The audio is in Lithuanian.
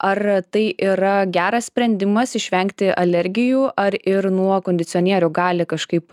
ar tai yra geras sprendimas išvengti alergijų ar ir nuo kondicionierių gali kažkaip